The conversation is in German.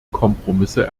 kompromisse